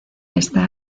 está